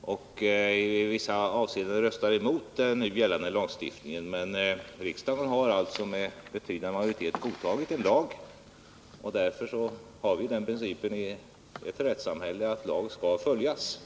och i vissa avseenden röstade emot nu gällande lagstiftning. Men riksdagen har med betydande majoritet godtagit en lag, och i ett rättssamhälle gäller principen att lag skall följas.